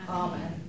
amen